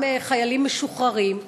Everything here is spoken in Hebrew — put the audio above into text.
גם חיילים משוחררים,